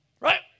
right